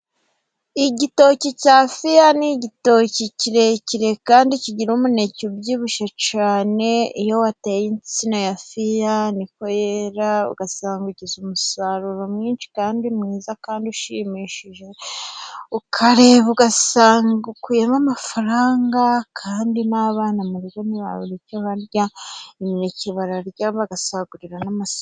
Igitoki cya fiya ni igitoki kirekire kandi kigira umuneke ubyibushye cyane. Iyo wateye insina ya fiya ni ko yera ugasanga ugize umusaruro mwinshi kandi mwiza kandi ushimishije. Ukareba ugasanga ukuyemo amafaranga kandi n'abana mu rugo ntibabura icyo barya , imineke bararya bagasagurira n'amasoko.